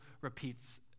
repeats